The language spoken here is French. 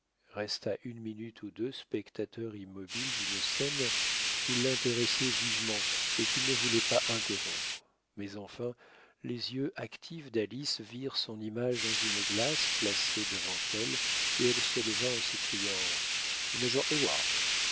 resta une minute ou deux spectateur immobile d'une scène qui l'intéressait vivement et qu'il ne voulait pas interrompre mais enfin les yeux actifs d'alice virent son image dans une glace placée devant elle et elle se leva en s'écriant le major heyward